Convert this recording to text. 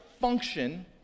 function